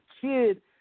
kid